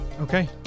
Okay